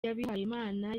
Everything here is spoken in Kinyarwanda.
y’abihayimana